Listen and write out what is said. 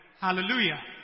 Hallelujah